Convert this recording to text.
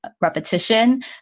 repetition